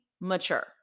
mature